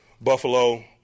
Buffalo